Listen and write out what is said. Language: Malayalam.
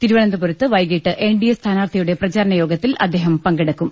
തിരുവനന്തപുരത്ത് വൈകിട്ട് എൻ ഡി എ സ്ഥാനാർത്ഥിയുടെ പ്രചാരണ യോഗത്തിൽ അദ്ദേഹം പങ്കെടുക്കും